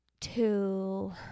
two